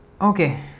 Okay